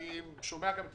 חשוב לי לדבר,